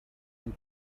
been